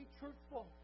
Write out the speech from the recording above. truthful